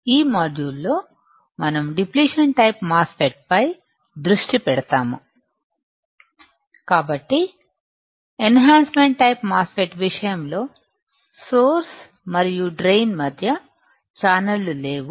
ఈ మాడ్యూల్లో మనం డిప్లిషన్ టైపు మాస్ ఫెట్ పై దృష్టి పెడ తాము కాబట్టిఎన్ హాన్సమెంట్ టైపు మాస్ ఫెట్ విషయం లో సోర్స్ మరియు డ్రైన్ మధ్య ఛానళ్ళు లేవు